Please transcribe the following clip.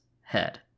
head